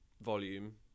volume